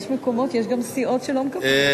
יש מקומות שיש סיעות שלא מקבלות,